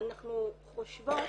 אנחנו חושבות,